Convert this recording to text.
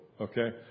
Okay